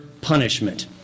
punishment